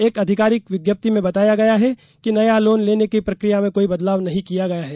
एक आधिकारिक विज्ञप्ति में बताया गया है कि नया लोन लेने की प्रक्रिया में कोई बदलाव नहीं किया गया है